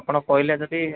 ଆପଣ କହିଲେ ଯଦି